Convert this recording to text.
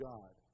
God